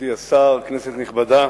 מכובדי השר, כנסת נכבדה,